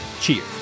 cheers